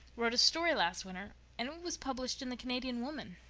wrote a story last winter and it was published in the canadian woman.